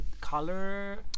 color